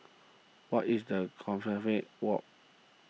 what is the Compassvale Walk